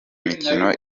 imikino